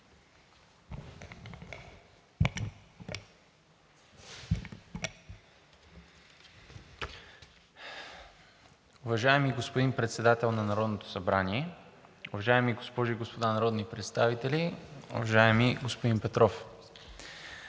Уважаеми господин Председател на Народното събрание, госпожи и господа народни представители! Уважаеми господин Петров,